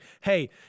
hey